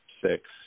six